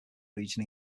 region